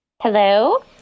Hello